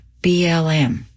BLM